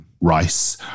Rice